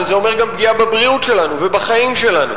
אבל זה אומר גם פגיעה בבריאות שלנו ובחיים שלנו,